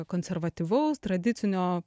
konservatyvaus tradicinio